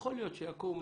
יכול להיות שיקום